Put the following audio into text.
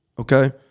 Okay